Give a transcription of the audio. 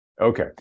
Okay